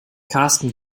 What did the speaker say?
karsten